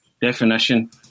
definition